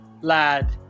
lad